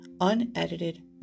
unedited